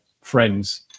friends